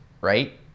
right